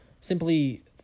simply